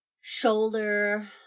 shoulder